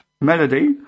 melody